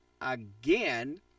again